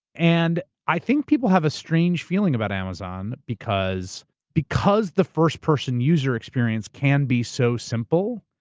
and i think people have a strange feeling about amazon because because the first-person user experience can be so simple,